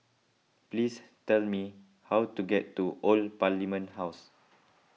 please tell me how to get to Old Parliament House